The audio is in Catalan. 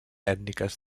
ètniques